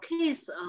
case